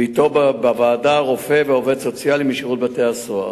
ואתו בוועדה רופא ועובד סוציאלי משירות בתי-הסוהר.